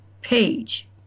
page